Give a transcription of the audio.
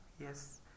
Yes